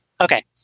Okay